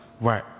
Right